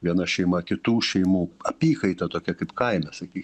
viena šeima kitų šeimų apykaita tokia kaip kaina sakyk